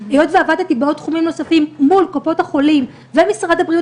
היות ועבדתי בעוד תחומים נוספים מול קופות החולים ומשרד הבריאות,